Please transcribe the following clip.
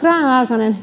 grahn laasonen